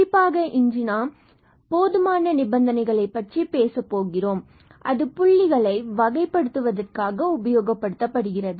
குறிப்பாக இன்று நாம் போதுமான நிபந்தனைகளைப் பற்றி பேசப்போகிறோம் மற்றும் அது புள்ளிகளை வகை படுத்துவதற்காக உபயோகப்படுத்தப்படுகிறது